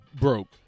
broke